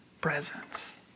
presence